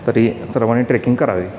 तरी सर्वानी ट्रेकिंग करावे